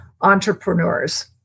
entrepreneurs